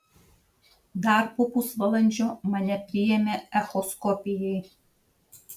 dar po pusvalandžio mane priėmė echoskopijai